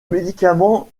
médicament